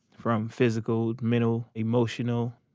from physical mental, emotional.